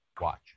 watch